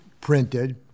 printed